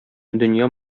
дөнья